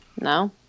No